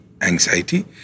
anxiety